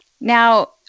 Now